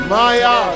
Maya